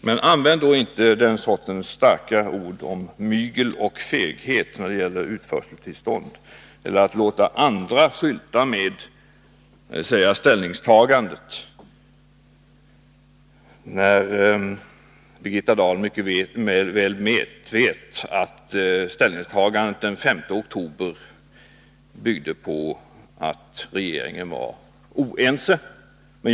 Men använd då inte den sortens starka ord som ”mygel” och ”feghet” när det gäller utförseltillstånd eller att låta andra skylta med ställningstagandet! Birgitta Dahl vet ju mycket väl att ställningstagandet den 5 oktober 1978 byggde på att regeringen var oense.